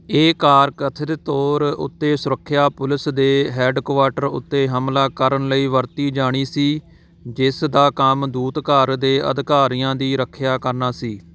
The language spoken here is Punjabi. ਇਹ ਕਾਰ ਕਥਿਤ ਤੌਰ ਉੱਤੇ ਸੁਰੱਖਿਆ ਪੁਲਿਸ ਦੇ ਹੈੱਡਕੁਆਰਟਰ ਉੱਤੇ ਹਮਲਾ ਕਰਨ ਲਈ ਵਰਤੀ ਜਾਣੀ ਸੀ ਜਿਸ ਦਾ ਕੰਮ ਦੂਤਘਰ ਦੇ ਅਧਿਕਾਰੀਆਂ ਦੀ ਰੱਖਿਆ ਕਰਨਾ ਸੀ